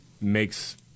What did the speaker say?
makes